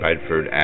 Bedford